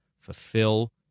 fulfill